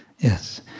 Yes